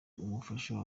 umufasha